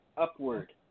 upward